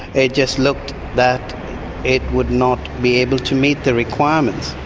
it just looked that it would not be able to meet the requirements.